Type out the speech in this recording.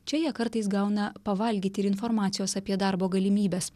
čia jie kartais gauna pavalgyti ir informacijos apie darbo galimybes